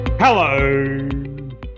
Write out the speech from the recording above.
hello